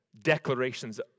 declarations